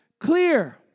clear